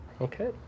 Okay